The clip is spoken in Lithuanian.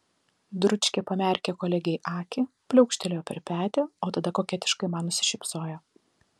dručkė pamerkė kolegei akį pliaukštelėjo per petį o tada koketiškai man nusišypsojo